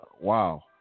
wow